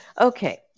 Okay